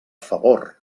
favor